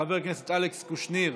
חבר הכנסת אלכס קושניר,